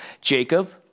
Jacob